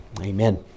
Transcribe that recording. Amen